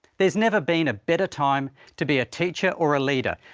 there's never been a better time to be a teacher or a leader.